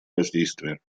воздействие